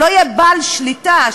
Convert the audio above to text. שלא יהיה בעל שליטה,